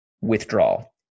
withdrawal